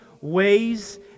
ways